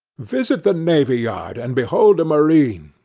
visit the navy yard, and behold a marine,